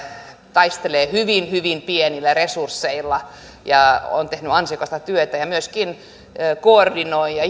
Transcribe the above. taistelee hyvin hyvin pienillä resursseilla ja on tehnyt ansiokasta työtä myöskin koordinoi ja ja